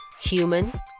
human